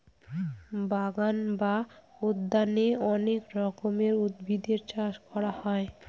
বাগান বা উদ্যানে অনেক রকমের উদ্ভিদের চাষ করা হয়